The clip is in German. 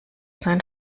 sein